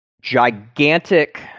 gigantic